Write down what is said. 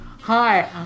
Hi